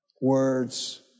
words